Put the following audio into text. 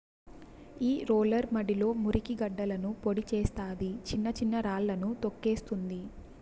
ఈ రోలర్ మడిలో మురికి గడ్డలను పొడి చేస్తాది, చిన్న చిన్న రాళ్ళను తోక్కేస్తుంది